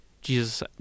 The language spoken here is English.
jesus